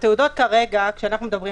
התעודות כרגע, כשאנחנו מדברים